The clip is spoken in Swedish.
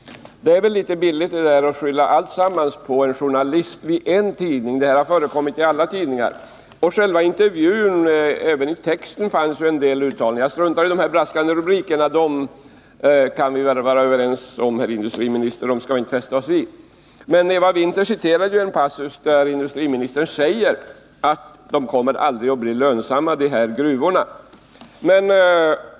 Det är väl litet billigt att skylla alltsammans på en journalist vid en tidning, när detta har förekommit i alla tidningar. Jag struntar i de braskande rubrikerna, som vi väl, herr industriminister, kan vara överens om att vi inte skall fästa oss vid. Men även Eva Winther citerade en passus, där industriministern säger att de här gruvorna aldrig kommer att bli lönsamma.